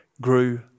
grew